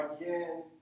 again